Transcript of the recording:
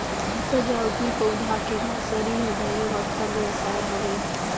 सजावटी पउधा के नरसरी ह ढेरे बड़का बेवसाय हवे